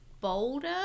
bolder